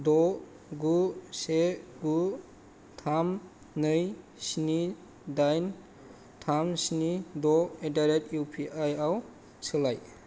द गु से गु थाम नै स्नि दाइन थाम स्नि द एडडारेट एउ पि आइ आव सोलाय